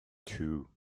two